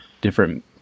different